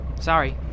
Sorry